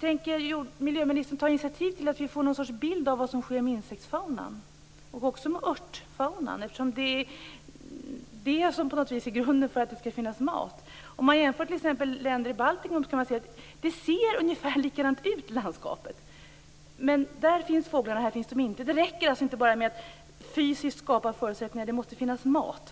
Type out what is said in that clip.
Tänker miljöministern ta initiativ till att det tas fram någon sorts bild av vad som sker med insektsfaunan och också med örtfaunan? De är ju grunden för att det skall finnas mat. Om man jämför Sverige med t.ex. länder i Baltikum märker man att landskapen ser ungefär likadana ut. Men där finns fåglar och här finns de inte. Det räcker inte bara med att fysiskt skapa förutsättningar, utan det måste finnas mat.